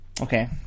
Okay